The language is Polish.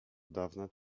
dawna